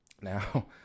now